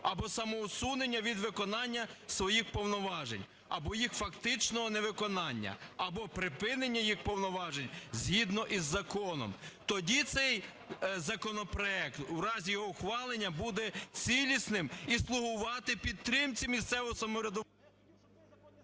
або самоусунення від виконання своїх повноважень, або їх фактичного невиконання, або припинення їх повноважень згідно з законом". Тоді цей законопроект у разі його ухвалення буде цілісним і слугувати підтримці місцевого самоврядування…